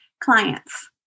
clients